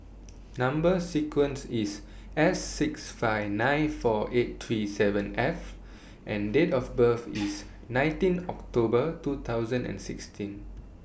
Number sequence IS S six five nine four eight three seven F and Date of birth IS nineteen October two thousand and sixteen